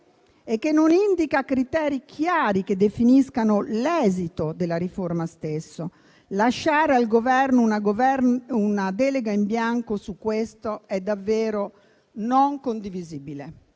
e che non indica criteri chiari che definiscano l'esito della riforma stessa. Lasciare al Governo una delega in bianco su questo è davvero non condivisibile.